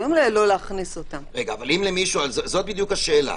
זו בדיוק השאלה,